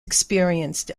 experienced